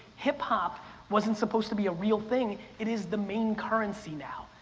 hip hop wasn't supposed to be a real thing. it is the main currency now.